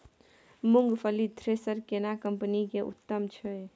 मूंगफली थ्रेसर केना कम्पनी के उत्तम छै?